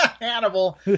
Hannibal